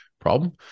problem